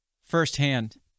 firsthand